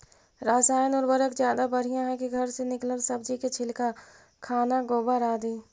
रासायन उर्वरक ज्यादा बढ़िया हैं कि घर से निकलल सब्जी के छिलका, खाना, गोबर, आदि?